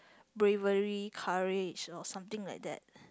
bravery courage or something like that